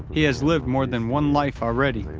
he has lived more than one life already,